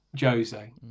Jose